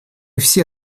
все